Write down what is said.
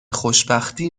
خوشبختی